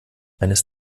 eines